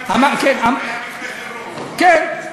היה מקרה חירום, היה מקרה חירום, נכון?